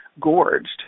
gorged